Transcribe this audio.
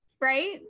right